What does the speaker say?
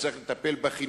וצריך לטפל בחינוך,